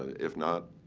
ah if not